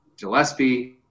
Gillespie